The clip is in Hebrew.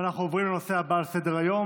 אנחנו עוברים לנושא הבא על סדר-היום,